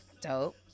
Dope